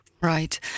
Right